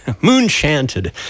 Moon-chanted